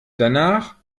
danach